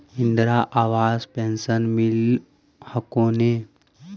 Indira Awas pension मिल हको ने?